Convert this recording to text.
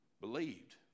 believed